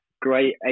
great